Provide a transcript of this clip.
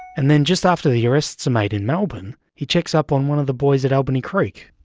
and then just after the arrests are made in melbourne, he checks up on one of the boys at albany creekand i